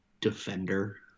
defender